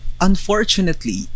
unfortunately